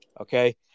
Okay